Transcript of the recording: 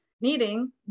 needing